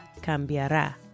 cambiará